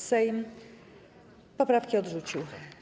Sejm poprawki odrzucił.